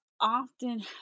often